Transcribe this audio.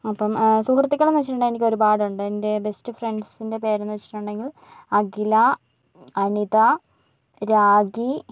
അപ്പം സുഹൃത്തുക്കൾ എന്ന് വച്ചിട്ടുണ്ടെങ്കിൽ എനിക്ക് ഒരുപാടുണ്ട് എൻ്റെ ബെസ്റ്റ് ഫ്രണ്ട്സിൻ്റെ പേര് എന്ന് വെച്ചിട്ടുണ്ടെങ്കിൽ അഖില അനിത രാഖി